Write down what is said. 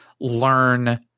learn